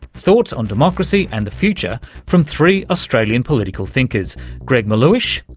thoughts on democracy and the future from three australian political thinkers greg melleuish,